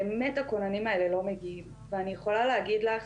באמת הכוננים האלה לא מגיעים ואני יכולה להגיד לך,